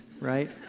right